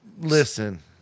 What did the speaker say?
Listen